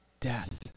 death